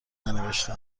ننوشته